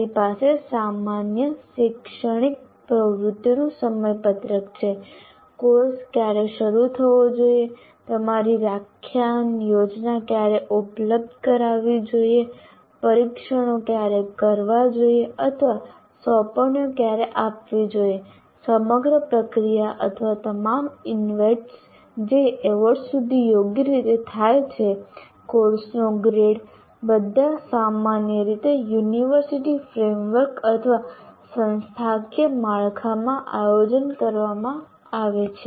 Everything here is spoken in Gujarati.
તમારી પાસે સામાન્ય શૈક્ષણિક પ્રવૃત્તિઓનું સમયપત્રક છે કોર્સ ક્યારે શરૂ થવો જોઈએ તમારી વ્યાખ્યાન યોજના ક્યારે ઉપલબ્ધ કરાવવી જોઈએ પરીક્ષણો ક્યારે કરવા જોઈએ અથવા સોંપણીઓ ક્યારે આપવી જોઈએ સમગ્ર પ્રક્રિયા અથવા તમામ ઇવેન્ટ્સ જે એવોર્ડ સુધી યોગ્ય રીતે થાય છે કોર્સનો ગ્રેડ બધા સામાન્ય રીતે યુનિવર્સિટી ફ્રેમવર્ક અથવા સંસ્થાકીય માળખામાં આયોજન કરવામાં આવે છે